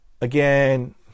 Again